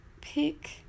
pick